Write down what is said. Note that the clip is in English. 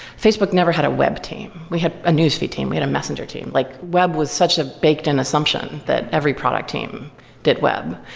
facebook never had a web team. we had a newsfeed team, we had a messenger. like web was such a baked in assumption that every product team did web.